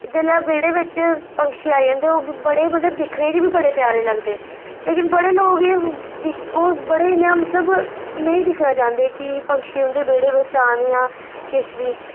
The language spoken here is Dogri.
जेल्लै बेह्ड़े बेच्च पंक्षी आई जंदे ओह् बी बड़े मतलब दिक्खने च बी बड़े प्यारे लगदे लेकिन बड़े लोग ओह् बड़े इयां मतलब नेई दिक्खना चाहंदे की पक्षी उंदे बेह्ड़े बिच औन जां किश बी